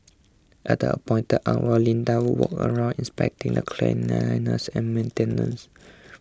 at the appointed hour Linda would walk around inspecting the cleanliness and maintenance